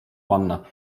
panna